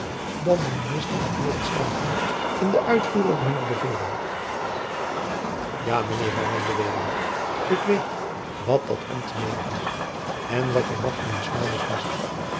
dan de minister der heeren staten en de uitvoerder hunner bevelen ja mijn heer hernam de weduwe ik weet wat dat ambt medebrengt en wat de macht mijns vaders was